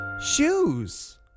Shoes